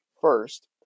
First